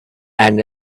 and